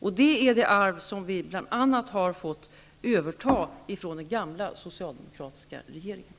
Det tillhör det arv som vi fått överta från den gamla socialdemokratiska regeringen.